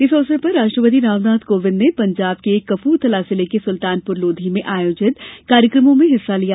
इस अवसर पर राष्ट्रपति रामनाथ कोविंद ने पंजाब के कपूरथला जिले के सुल्तानपुर लोधी में आयोजित कार्यक्रमों में हिस्सा लिया